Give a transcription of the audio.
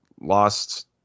lost